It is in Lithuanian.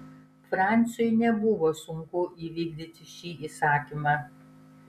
franciui nebuvo sunku įvykdyti šį įsakymą